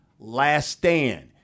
laststand